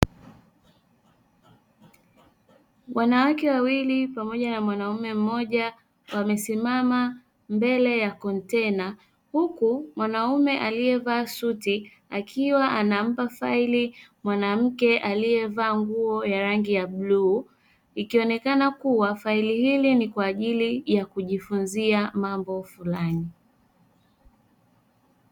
Wanawake wawili pamoja na mwanaume mmoja wamesimama mbele ya kontena, huku mwanaume aliyevaa suti akiwa anampa faili mwanamke aliyevaa nguo ya rangi ya bluu; ikionekana kuwa faili hili ni kwa ajili kujifunzia mambo fulani.